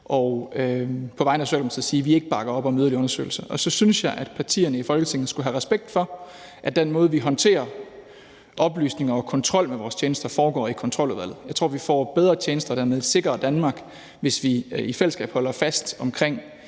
ved på vegne af Socialdemokratiet at sige, at vi ikke bakker op om yderligere undersøgelser. Og så synes jeg, at partierne i Folketinget skulle have respekt for, at den måde, vi håndterer oplysninger om og kontrol med vores tjenester på, foregår i Kontroludvalget. Jeg tror, vi får bedre tjenester og dermed et sikrere Danmark, hvis vi i fællesskab holder fast omkring